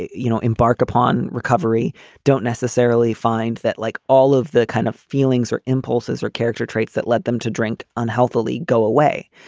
you know, embark upon recovery don't necessarily find that like all of the kind of feelings or impulses or character traits that led them to drink unhealthily, go away.